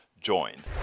join